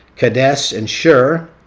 kadesh and shur,